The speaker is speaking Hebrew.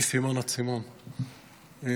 מסימון עד סימון, ציין.